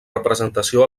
representació